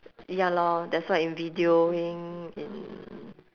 ya lor that's why in videoing in